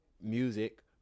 music